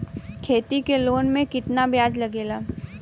खेती के लोन में कितना ब्याज लगेला?